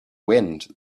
wind